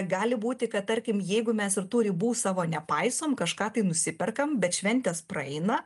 gali būti kad tarkim jeigu mes ir tų ribų savo nepaisom kažką tai nusiperkam bet šventės praeina